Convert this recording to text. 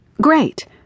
great